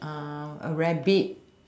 a rabbit